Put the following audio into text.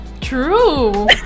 true